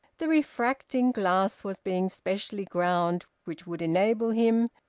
the refracting glass was being specially ground which would enable him,